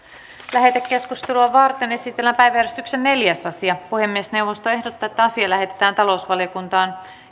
lähetekeskustelua varten esitellään päiväjärjestyksen neljäs asia puhemiesneuvosto ehdottaa että asia lähetetään talousvaliokuntaan